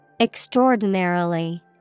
Extraordinarily